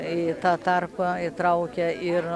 į tą tarpą įtraukia ir